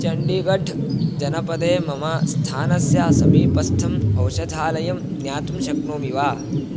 चण्डीगढ् जनपदे मम स्थानस्य समीपस्थम् औषधालयं ज्ञातुं शक्नोमि वा